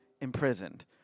imprisoned